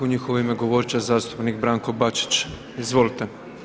U njihovo ime govorit će zastupnik Branko Bačić, izvolite.